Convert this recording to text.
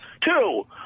Two